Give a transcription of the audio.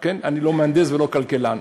אני לא מהנדס ולא כלכלן.